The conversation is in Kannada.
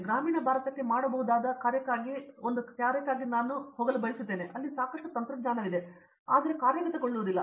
ಆದರೆ ಗ್ರಾಮೀಣ ಭಾರತಕ್ಕೆ ಮಾಡಬಹುದಾದ ಒಂದು ಕಾರ್ಯಕ್ಕಾಗಿ ನಾನು ಕೆಲಸವನ್ನು ಬಯಸುತ್ತೇನೆ ಅಲ್ಲಿ ಸಾಕಷ್ಟು ತಂತ್ರಜ್ಞಾನವಿದೆ ಮತ್ತು ಅದು ಕಾರ್ಯಗತಗೊಳ್ಳುವುದಿಲ್ಲ